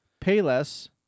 Payless